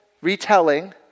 retelling